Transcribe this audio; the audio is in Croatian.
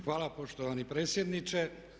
Hvala poštovani predsjedniče.